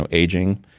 ah aging,